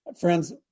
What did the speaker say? Friends